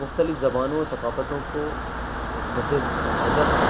مختلف زبانوں اور ثقافتوں کو مد نظر